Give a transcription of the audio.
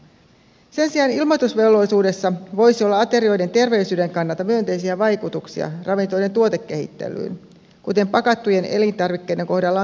sen sijaan ilmoitusvelvollisuudella voisi olla aterioiden terveellisyyden kannalta myönteisiä vaikutuksia ravintoloiden tuotekehittelyyn kuten pakattujen elintarvikkeiden kohdalla on tapahtunut